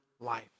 life